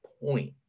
point